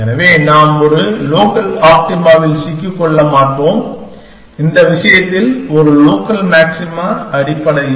எனவே நாம் ஒரு லோக்கல் ஆப்டிமாவில் சிக்கிக்கொள்ள மாட்டோம் இந்த விஷயத்தில் ஒரு லோக்கல் மாக்சிமா அடிப்படையில்